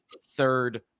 third